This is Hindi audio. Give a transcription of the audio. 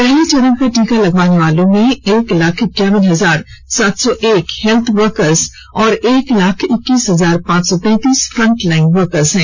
पहला चरण का टीका लगवाने वालों में एक लाख इक्यावन हजार सात सौ एक हेत्थ वर्कर्स और एक लाख इक्कीस हजार पांच सौ तैंतीस फ्रंटलाइन वर्कर्स हैं